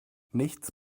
nichts